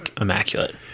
Immaculate